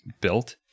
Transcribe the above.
built